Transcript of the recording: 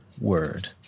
word